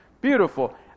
Beautiful